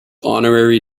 honorary